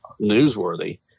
newsworthy